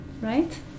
Right